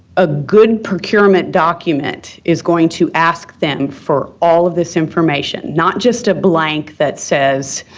a good procurement document is going to ask them for all of this information, not just a blank that says,